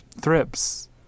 thrips